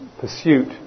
pursuit